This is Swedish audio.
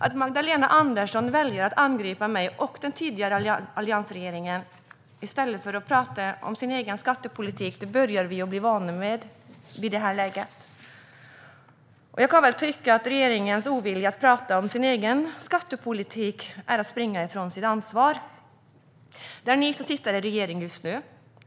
Att Magdalena Andersson väljer att angripa mig och den tidigare alliansregeringen i stället för att tala om sin egen skattepolitik börjar vi bli vana med vid det här laget. Jag kan väl tycka att regeringens ovilja att prata om sin egen skattepolitik är att springa ifrån sitt ansvar. Det är ni som sitter i regeringen just nu.